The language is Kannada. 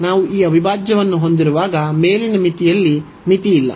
ನಾವು ಈ ಅವಿಭಾಜ್ಯವನ್ನು ಹೊಂದಿರುವಾಗ ಮೇಲಿನ ಮಿತಿಯಲ್ಲಿ ಮಿತಿಯಿಲ್ಲ